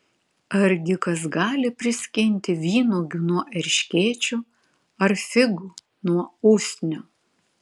argi kas gali priskinti vynuogių nuo erškėčių ar figų nuo usnių